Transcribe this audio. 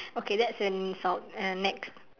okay that's an insult uh next